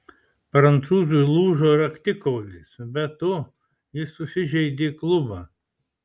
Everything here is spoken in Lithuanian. prancūzui lūžo raktikaulis be to jis susižeidė klubą